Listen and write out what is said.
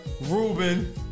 Ruben